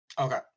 Okay